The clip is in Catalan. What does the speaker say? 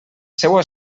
seua